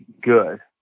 good